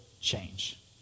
change